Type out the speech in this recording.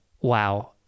wow